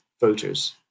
voters